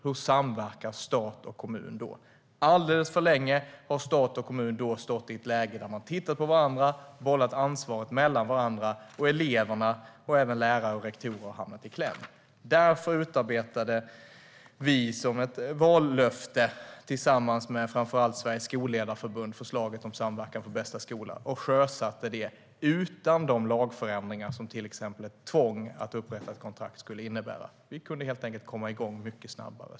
Hur samverkar stat och kommun då? Alldeles för länge har stat och kommun stått i ett läge där de har tittat på varandra och bollat ansvaret mellan varandra. Eleverna, och även lärare och rektorer, har hamnat i kläm. Därför utarbetade vi som ett vallöfte, tillsammans med framför allt Sveriges Skolledarförbund, förslaget Samverkan för bästa skola. Det sjösattes utan de lagförändringar som till exempel ett tvång att upprätta ett kontrakt skulle innebära. Vi kunde helt enkelt komma igång mycket snabbare.